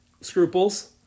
scruples